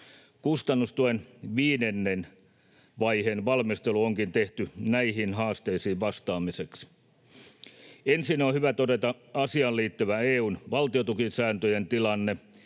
Kustannustuen viidennen vaiheen valmistelu onkin tehty näihin haasteisiin vastaamiseksi. Ensin on hyvä todeta asiaan liittyvä EU:n valtiontukisääntöjen tilanne: